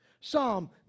Psalm